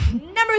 number